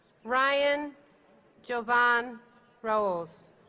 ryan jovan roels